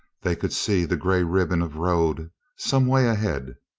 they could see the gray ribbon of road some way ahead.